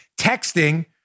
texting